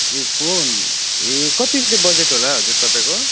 ए phone ए कति चाहिँ बजेट होला हजुर तपाईँको